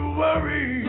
worry